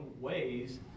ways